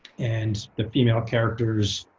and the female character's